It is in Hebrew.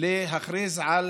להכרזה על